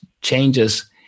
changes